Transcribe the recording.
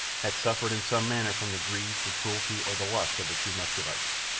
had suffered in some manner from the greed, the cruelty, or the lust of the two muscovites.